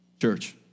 Church